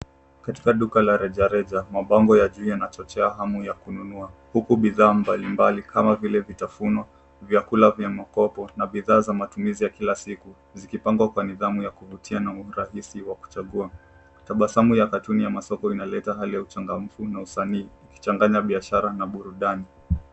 Katika duka la rejareja, mabango ya juu yanachochea hamu ya kununua huku bidhaa mbalimbali kama vile vitafuno, vyakula vya mkopo na bidhaa vya matumizi ya kila siku zikipangwa kwa nidhamu ya kivutia na mrahisi wa kuchagua. Tabasamu ya cartoon ya masoko inaleta hali ya uchangamfu na usanii ikichanganya biashara na burundani.